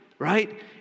right